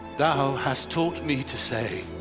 thou has taught me to say,